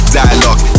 dialogue